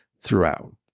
throughout